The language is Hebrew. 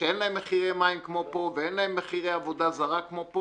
ושאין להן מחירי מים כמו פה ואין להן מחירי עבודה זרה כמו פה